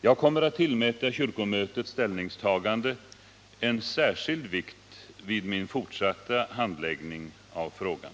Jag kommer att tillmäta kyrkomötets ställningstagande en särskild vikt vid min fortsatta handläggning av frågan.